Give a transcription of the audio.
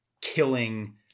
killing